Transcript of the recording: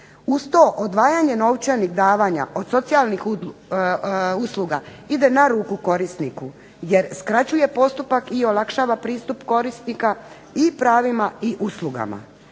Uz to odvajanje novčanih davanja od socijalnih usluga ide na ruku korisniku jer skraćuje postupak i olakšava pristup korisnika i pravima i uslugama.